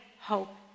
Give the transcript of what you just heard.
hope